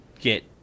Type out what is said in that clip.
get